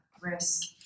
risk